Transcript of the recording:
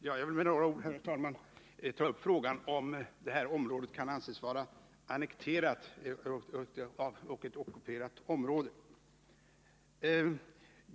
Herr talman! Jag vill med några ord ta upp frågan om det här området kan anses vara annekterat och ockuperat.